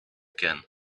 can